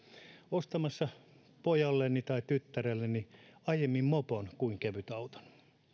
ostamassa pojalleni tai tyttärelleni aiemmin mopon kuin kevytauton